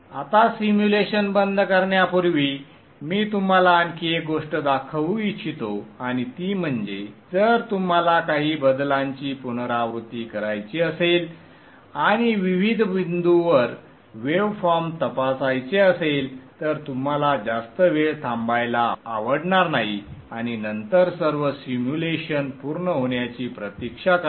आता सिम्युलेशन बंद करण्यापूर्वी मी तुम्हाला आणखी एक गोष्ट दाखवू इच्छितो आणि ती म्हणजे जर तुम्हाला काही बदलांची पुनरावृत्ती करायची असेल आणि विविध बिंदूंवर वेव फॉर्म तपासायचे असेल तर तुम्हाला जास्त वेळ थांबायला आवडणार नाही आणि नंतर सर्व सिम्युलेशन पूर्ण होण्याची प्रतीक्षा करा